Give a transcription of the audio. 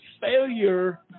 failure